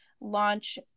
launch